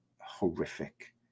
horrific